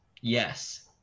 Yes